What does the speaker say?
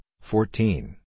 fourteen